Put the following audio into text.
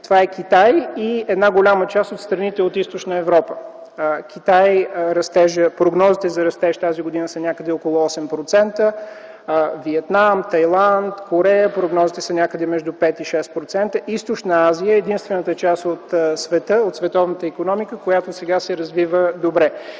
това е Китай и една голяма част от страните от Източна Европа. За Китай прогнозите за растеж за тази година са някъде около 8%, за Виетнам, Тайланд, Корея прогнозите са някъде между 5 и 6%. Източна Азия е единствената част от световната икономика, която сега се развива добре